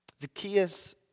Zacchaeus